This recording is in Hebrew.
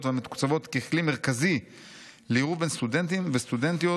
והמתוקצבות ככלי מרכזי לעירוב בין סטודנטים וסטודנטיות